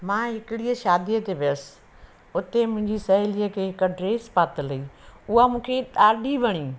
मां हिकिड़ीअ शादीअ ते वियसि उते मुंहिंजी सहेलीअ खे हिकु ड्रैस पातल हुई उहा मूंखे ॾाढी वणी